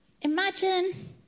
Imagine